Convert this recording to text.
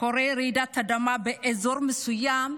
רעידת אדמה באזור מסוים,